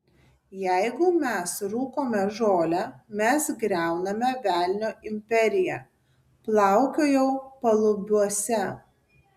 jeigu mes rūkome žolę mes griauname velnio imperiją plaukiojau palubiuose